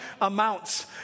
amounts